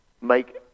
make